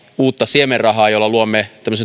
uutta siemenrahaa jolla luomme